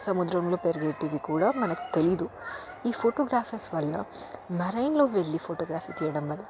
సముద్రంలో పెరిగేవి కూడా మనకి తెలీదు ఈ ఫోటోగ్రాఫర్స్ వల్ల మెరైన్లోకి వెళ్ళి ఫోటోగ్రఫీ తీయడం వల్ల